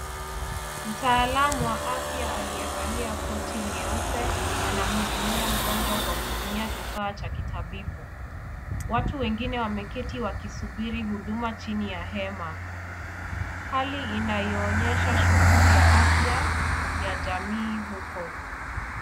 Mtaalamu wa afya aliyevalia koti nyeupe anamhudumia mgonjwa kwa kutumia kifaa cha kitabibu. Watu wengine wameketi wakisubiri huduma chini ya hema. Hali inayoonyesha shughuli ya afya ya jamii huko.